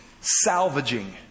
salvaging